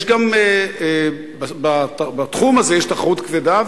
יש גם בתחום הזה תחרות כבדה,